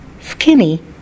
skinny